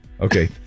okay